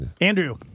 Andrew